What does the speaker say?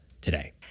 today